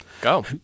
Go